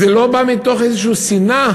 שזה לא בא מתוך איזו שנאה?